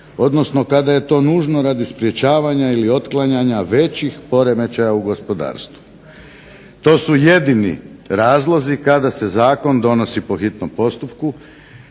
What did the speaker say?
odnosno kada je to nužno radi sprečavanja ili otklanjanja većih poremećaja u gospodarstvu. To su jedini razlozi kada se zakon donosi po hitnom postupku.